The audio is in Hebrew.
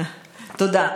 תודה.